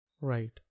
Right